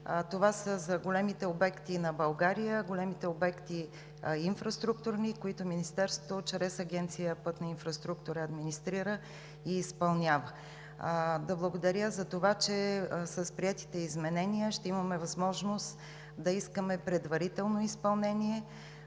Това са за големите обекти на България, големите инфраструктурни обекти, които Министерството чрез Агенция „Пътна инфраструктура“ администрира и изпълнява. Да благодаря за това, че с приетите изменения ще имаме възможност да искаме предварително изпълнение